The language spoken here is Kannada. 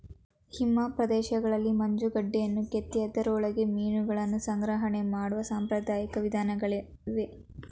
ಹಿಮ ಪ್ರದೇಶಗಳಲ್ಲಿ ಮಂಜುಗಡ್ಡೆಯನ್ನು ಕೆತ್ತಿ ಅದರೊಳಗೆ ಮೀನುಗಳನ್ನು ಸಂಗ್ರಹಣೆ ಮಾಡುವ ಸಾಂಪ್ರದಾಯಿಕ ವಿಧಾನಗಳಿವೆ